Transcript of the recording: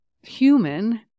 human